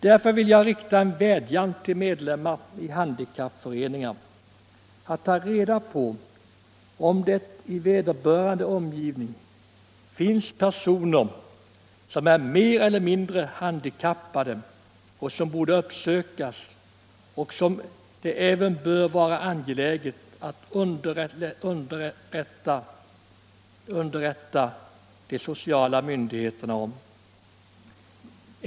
Därför vill jag rikta en varm vädjan till medlemmar i handikappföreningar att ta reda på, om det i vederbörandes omgivning finns personer som är mer eller mindre handikappade och som borde uppsökas och som det även bör vara angeläget att underrätta de sociala myndigheterna om.